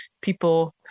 people